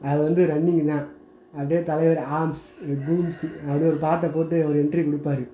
அதில் வந்து ரன்னிங்கு தான் அப்டி தலைவர் ஆம்ஸ் டூம்ஸ்ஸு அப்டி ஒரு பாட்டை போட்டு ஒரு என்ட்ரி கொடுப்பாரு